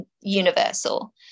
universal